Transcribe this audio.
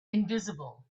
invisible